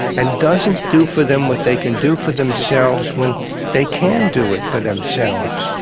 and doesn't do for them what they can do for themselves when they can do it for themselves.